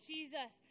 Jesus